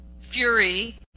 fury